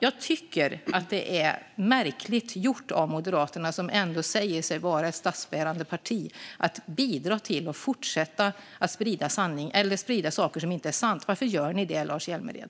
Jag tycker att det är märkligt gjort av Moderaterna, som ändå säger sig vara ett statsbärande parti, att bidra till att saker som inte är sanna fortsätter att spridas. Varför gör ni det, Lars Hjälmered?